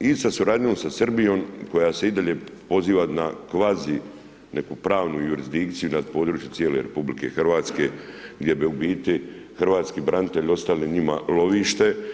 i sa suradnjom sa Srbijom, koja se i dalje, poziva na kvazi neku pravnu jurisdikciju, nad području cijele RH, gdje bi u biti hrvatski branitelji, ostali njima lovište.